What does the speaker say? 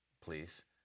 please